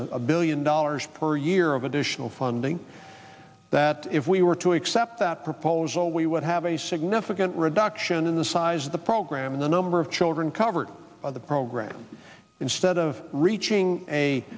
a billion dollars per year of additional funding that if we were to accept that proposal we would have a significant reduction in the size of the program the number of children covered by the program instead of reaching a